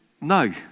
no